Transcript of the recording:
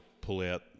pull-out